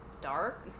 dark